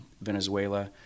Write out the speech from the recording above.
Venezuela